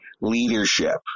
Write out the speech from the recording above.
leadership